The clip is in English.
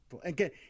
again